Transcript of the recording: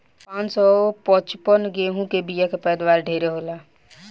पान सौ पचपन गेंहू के बिया के पैदावार ढेरे होला